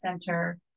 center